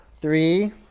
Three